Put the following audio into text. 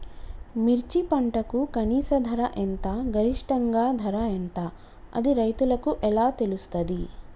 మిర్చి పంటకు కనీస ధర ఎంత గరిష్టంగా ధర ఎంత అది రైతులకు ఎలా తెలుస్తది?